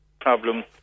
problem